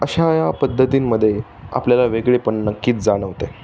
अशा या पद्धतींमध्ये आपल्याला वेगळे पण नक्कीच जाणवते